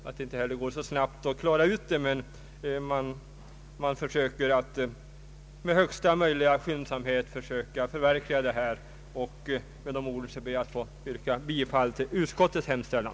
Det går inte så snabbt att klara ut dem. Men man försöker att med största skyndsamhet förverkliga tanken på en enhetlig taxa. Med dessa ord, herr talman, ber jag att få yrka bifall till utskottets hemställan.